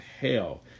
hell